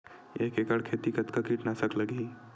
एक एकड़ खेती कतका किट नाशक लगही?